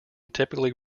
typically